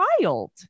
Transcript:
child